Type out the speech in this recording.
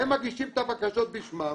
והם מגישים את הבקשות בשמם,